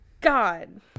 God